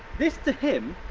this to him,